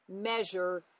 measure